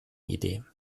idee